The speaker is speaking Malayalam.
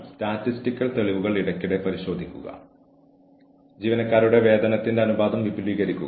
ഒരാൾക്ക് കൈവരിക്കാൻ കഴിയുന്ന ഒരു തലത്തിൽ പ്രകടന വിലയിരുത്തൽ മാനദണ്ഡം സജ്ജീകരിക്കണം